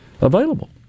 available